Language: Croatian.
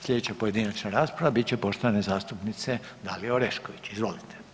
Slijedeća pojedinačna rasprava bit će poštovane zastupnice Dalije Orešković, izvolite.